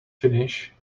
finish